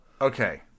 Okay